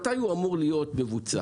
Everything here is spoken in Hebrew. מתי הוא אמור להיות מבוצע?